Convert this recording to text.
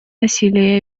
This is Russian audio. насилие